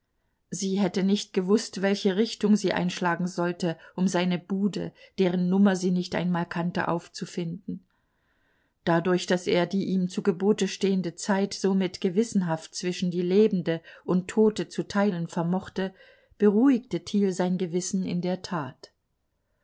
sie hätte nicht gewußt welche richtung sie einschlagen sollte um seine bude deren nummer sie nicht einmal kannte aufzufinden dadurch daß er die ihm zu gebote stehende zeit somit gewissenhaft zwischen die lebende und tote zu teilen vermochte beruhigte thiel sein gewissen in der tat